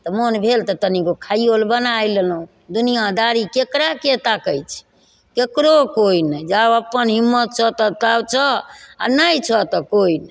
तऽ मोन भेल तऽ तनिगो खाइयो लए बनाइ लेलहुँ दुनियादारी ककराके ताकय छै ककरो कोइ नहि जाउ अपन हिम्मत छौ तऽ ताँव छौ आओर नहि छौ तऽ कोइ नहि